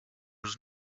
was